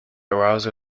arousal